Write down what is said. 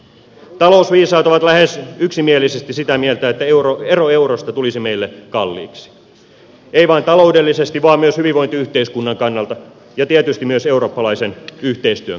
talousviisaat ovat lähes yksimielisesti sitä mieltä että ero eurosta tulisi meille kalliiksi ei vain taloudellisesti vaan myös hyvinvointiyhteiskunnan kannalta ja tietysti myös eurooppalaisen yhteistyön kannalta